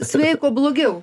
sveiko blogiau